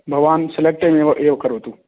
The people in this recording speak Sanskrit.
भवान् सेलेक्ट् एव एव करोतु